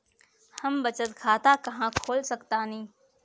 हम बचत खाता कहां खोल सकतानी?